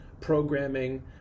programming